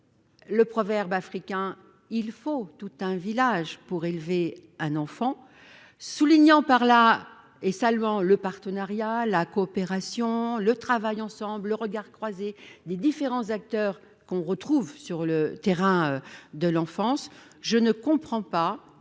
Le proverbe africain. Il faut tout un village pour élever un enfant, soulignant par là et saluant le partenariat la coopération le travail ensemble le regard. Des différents acteurs qu'on retrouve sur le terrain de l'enfance. Je ne comprends pas